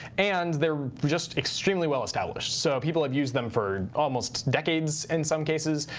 and they're just extremely well established. so people have used them for almost decades in some cases,